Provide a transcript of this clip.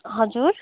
हजुर